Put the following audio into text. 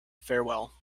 farewell